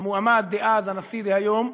המועמד דאז, הנשיא דהיום,